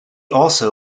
also